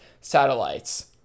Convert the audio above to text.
satellites